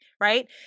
Right